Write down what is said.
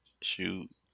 Shoot